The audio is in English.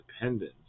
independence